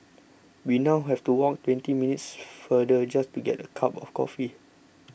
we now have to walk twenty minutes farther just to get a cup of coffee